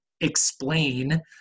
explain